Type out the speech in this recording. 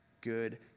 good